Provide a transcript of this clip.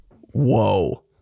Whoa